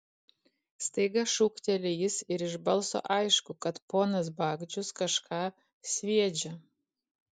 staiga šūkteli jis ir iš balso aišku kad ponas bagdžius kažką sviedžia